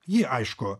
ji aišku